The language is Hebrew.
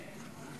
כן.